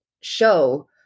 show